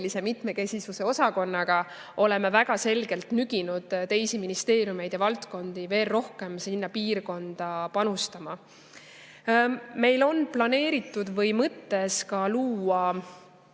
mitmekesisuse osakonnaga oleme väga selgelt nüginud teisi ministeeriume ja valdkondi veel rohkem sinna piirkonda panustama. Meil on planeeritud või mõttes ka luua